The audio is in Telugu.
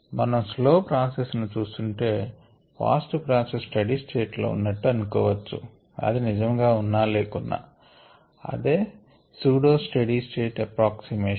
మనం స్లో ప్రాసెస్ ను చూస్తుంటే ఫాస్ట్ ప్రాసెస్ స్టడీ స్టేట్ లో ఉన్నట్లు అనుకోవచ్చు అది నిజముగా ఉన్న లేకున్నా అదే సూడో స్టెడీ స్టేట్ ఏప్రాక్సిమేషన్